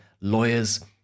lawyers